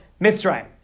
Mitzrayim